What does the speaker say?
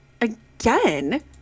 again